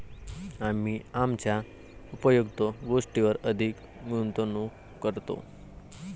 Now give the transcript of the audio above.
आम्ही आमच्या उपयुक्त गोष्टींवर अधिक गुंतवणूक करतो